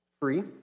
free